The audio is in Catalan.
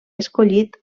escollit